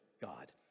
God